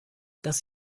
das